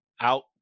out